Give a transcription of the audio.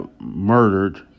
murdered